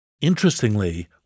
Interestingly